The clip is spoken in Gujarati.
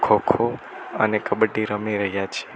ખો ખો અને કબડી રમી રહ્યાં છે